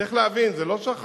צריך להבין, זה לא שהחיילים